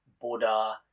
Buddha